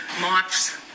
mops